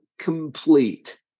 complete